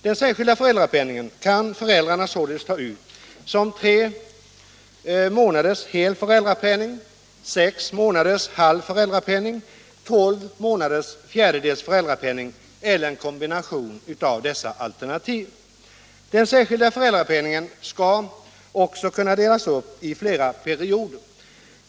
Den särskilda föräldrapenningen kan föräldrarna således ta ut som tre månaders hel föräldrapenning, sex månaders halv föräldrapenning, tolv månaders fjärdedels föräldrapenning eller en kombination av dessa alternativ. Den särskilda föräldrapenningen skall också kunna delas upp i flera perioder.